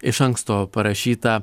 iš anksto parašytą